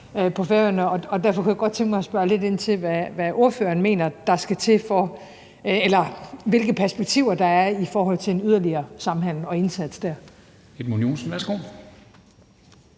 derfor kunne jeg godt tænke mig at spørge lidt ind til, hvad ordføreren mener der skal til her, eller hvilke perspektiver der er i forhold til en yderligere samhandel og indsats der. Kl.